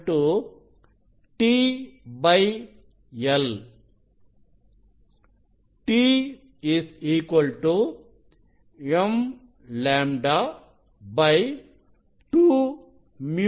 தடிமன் t m λ 2 µ 1